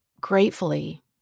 Gratefully